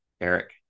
Eric